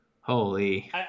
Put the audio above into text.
Holy